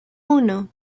uno